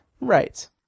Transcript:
Right